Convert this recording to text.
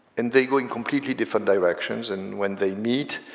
and they go in completely different directions, and when they meet,